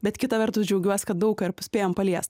bet kita vertus džiaugiuos kad daug ką ir spėjom paliest